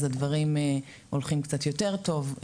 הדברים הולכים קצת יותר טוב.